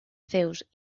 zeus